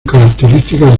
características